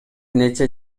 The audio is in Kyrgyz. нече